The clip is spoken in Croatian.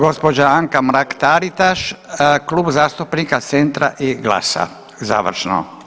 Gospođa Anka Mrak-Taritaš, Klub zastupnika CENTRA i GLAS-a završno.